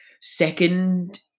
second